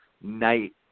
night